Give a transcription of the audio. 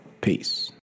Peace